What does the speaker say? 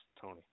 Tony